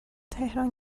تهران